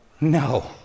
No